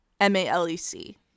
m-a-l-e-c